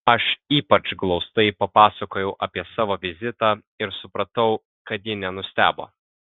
aš ypač glaustai papasakojau apie savo vizitą ir supratau kad ji nenustebo